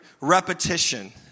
Repetition